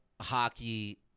hockey